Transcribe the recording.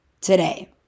today